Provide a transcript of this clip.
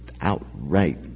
outright